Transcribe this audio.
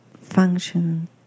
function